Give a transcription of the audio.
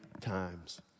times